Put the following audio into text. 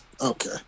okay